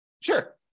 Sure